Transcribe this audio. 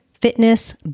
fitness